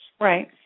right